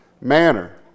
manner